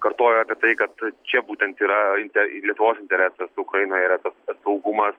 kartojo apie tai kad čia būtent yra inte lietuvos interesas ukraina yra tas saugumas